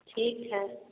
ठीक हइ